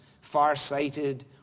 far-sighted